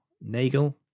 Nagel